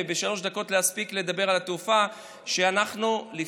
ובשלוש דקות להספיק לדבר על התעופה: לפי